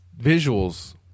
visuals